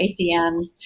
acms